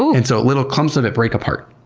so and so little clumps of it break apart,